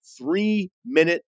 three-minute